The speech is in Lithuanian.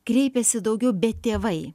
kreipėsi daugiau bet tėvai